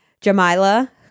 Jamila